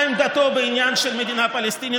מה עמדתו בעניין של מדינה פלסטינית?